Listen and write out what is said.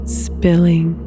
spilling